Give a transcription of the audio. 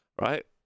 right